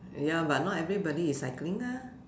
ya but not everybody is cycling ah